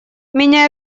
меня